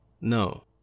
No